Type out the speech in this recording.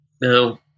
No